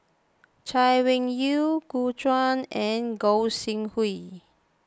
Chay Weng Yew Gu Juan and Gog Sing Hooi